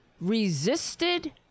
resisted